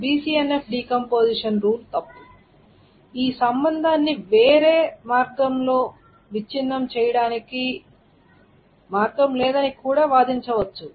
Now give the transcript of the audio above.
BCNF decomposition rule తప్పు ఈ సంబంధాన్ని వేరే మార్గంలోకి విచ్ఛిన్నం చేయడానికి మార్గం లేదని కూడా వాదించవచ్చు